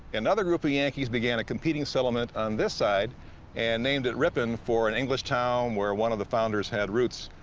another group of yankees began a competing settlement on this side and named it ripon for an english town where one of the founders had roots.